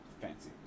Fancy